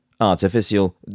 Artificial